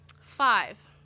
Five